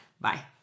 Bye